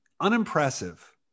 unimpressive